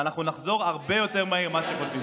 ואנחנו נחזור הרבה יותר מהר ממה שחושבים.